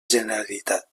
generalitat